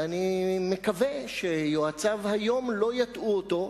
ואני מקווה שיועציו היום לא יטעו אותו,